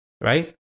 right